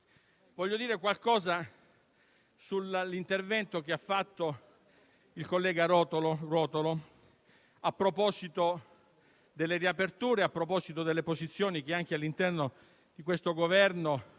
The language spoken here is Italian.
Voglio dire qualcosa sull'intervento fatto dal collega Ruotolo a proposito delle riaperture e delle posizioni che, anche all'interno di questo Governo,